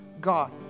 God